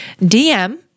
DM